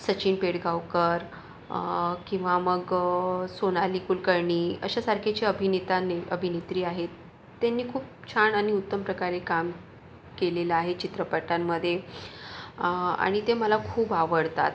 सचिन पेडगावकर किंवा मग सोनाली कुलकर्णी अशा सारखेचे अभिनेता आणि अभिनेत्री आहेत त्यांनी खूप छान आणि उत्तम प्रकारे काम केलेलं आहे चित्रपटांमध्ये आणि ते मला खूप आवडतात